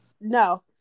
No